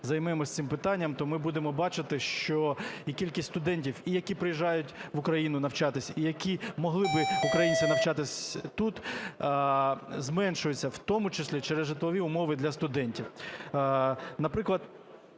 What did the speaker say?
займемося цим питанням, то ми будемо бачити, що і кількість студентів, і які приїжджають в Україну навчатися, і які могли би українці навчатись тут, зменшується, в тому числі через житлові умови для студентів. Наприклад,